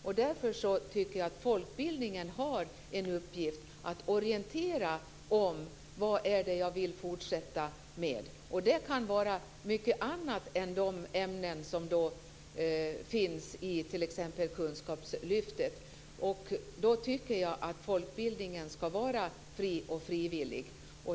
Jag tycker att folkbildningen har en uppgift i att orientera dessa elever när det gäller vad de skall fortsätta med. Det kan vara mycket annat än de ämnen som finns i t.ex. kunskapslyftet. Jag tycker att folkbildningen skall vara fri och frivillig.